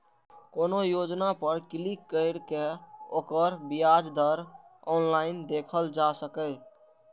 कोनो योजना पर क्लिक कैर के ओकर ब्याज दर ऑनलाइन देखल जा सकैए